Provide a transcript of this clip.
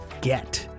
get